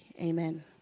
amen